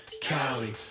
Cali